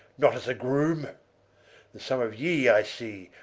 not as a groome there's some of ye, i see,